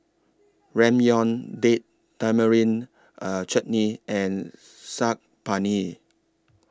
Ramyeon Date Tamarind A Chutney and Saag Paneer